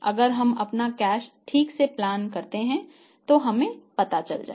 अगर हम अपना कैश ठीक से प्लान करते हैं तो हमें पता चल जाएगा